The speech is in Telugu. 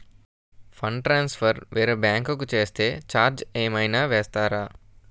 ఫండ్ ట్రాన్సఫర్ వేరే బ్యాంకు కి చేస్తే ఛార్జ్ ఏమైనా వేస్తారా?